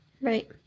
Right